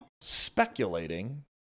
speculating